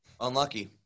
unlucky